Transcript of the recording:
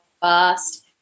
fast